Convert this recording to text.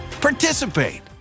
participate